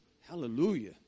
Hallelujah